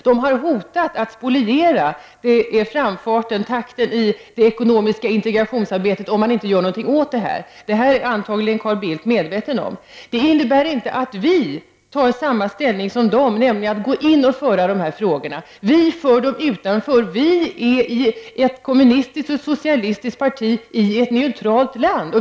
Detta har hotat att spoliera framfarten, takten i det ekonomiska integrationsarbetet, om man inte gör någonting åt det hela. Detta är antagligen Carl Bildt medveten om. Det innebär inte att vi tar ställning på samma sätt som de, nämligen genom att gå in och driva dessa frågor. Vi driver dem utanför. Vi är ett kommunistiskt och socialistiskt parti i ett neutralt land.